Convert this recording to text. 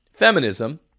Feminism